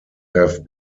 have